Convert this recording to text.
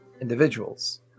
individuals